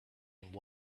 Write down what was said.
and